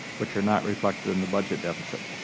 which are not reflected in the budget deficit.